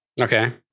Okay